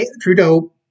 Trudeau